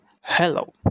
hello